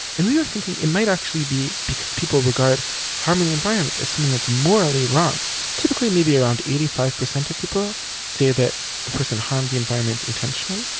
and we were thinking it might actually be because people regard harming the environment as something that's morally wrong typically around eighty five percent of people say that the person harmed the environment intentionally.